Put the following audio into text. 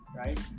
right